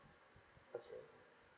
okay